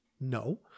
No